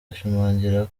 ashimangira